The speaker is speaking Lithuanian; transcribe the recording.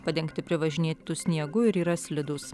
padengti privažinėtu sniegu ir yra slidūs